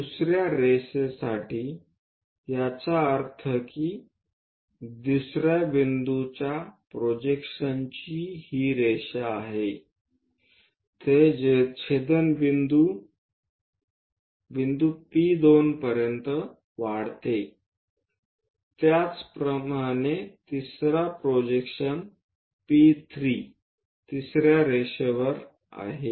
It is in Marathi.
दुसर्या रेषे साठी याचा अर्थ असा की दुसर्या बिंदूच्या प्रोजेक्शनची ही रेषा आहे ते छेदनबिंदू बिंदू P2 पर्यंत वाढते त्याचप्रमाणे तिसरा प्रोजेक्शन पी 3 तिसरा रेषेवर आहे